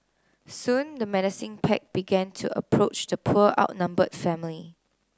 soon the menacing pack began to approach the poor outnumbered family